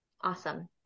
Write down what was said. Awesome